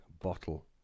bottle